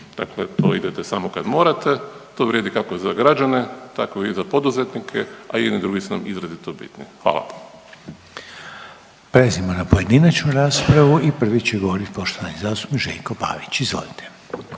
dakle to idete samo kad morate, to vrijedi, kako za građane, tako i za poduzetnike, a i jedni i drugi su nam izrazito bitni. Hvala. **Reiner, Željko (HDZ)** Prelazimo na pojedinačnu raspravu i prvi će govoriti poštovani zastupnik Željko Pavić, izvolite.